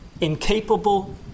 incapable